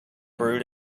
brewed